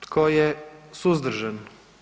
Tko je suzdržan?